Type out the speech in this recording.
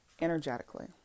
energetically